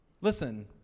Listen